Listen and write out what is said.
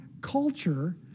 culture